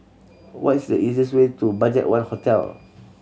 what is the easiest way to BudgetOne Hotel